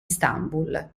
istanbul